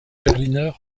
berliner